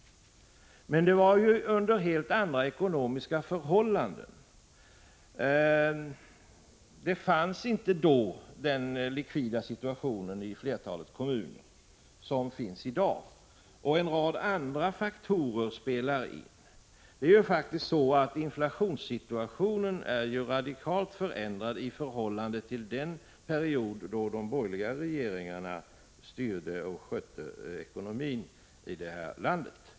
Men det var under helt andra ekonomiska förhållanden. Då fanns inte den likviditetssituation i flertalet kommuner som finns i dag. En rad andra faktorer spelar också in. Inflationssituationen är faktiskt radikalt förändrad i förhållande till den period då de borgerliga regeringarna styrde och skötte ekonomin i landet.